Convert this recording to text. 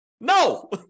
No